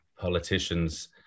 politicians